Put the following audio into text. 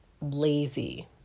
lazy